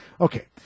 Okay